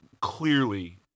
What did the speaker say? clearly